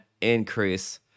increase